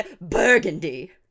burgundy